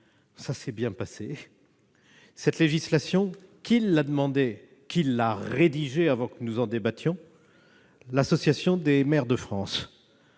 cela s'est bien passé. Cette législation avait été demandée et rédigée, avant que nous en débattions, par l'Association des maires de France,